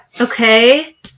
Okay